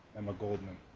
emma goldman.